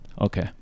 Okay